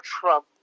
Trump